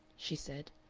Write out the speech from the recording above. she said.